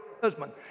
husband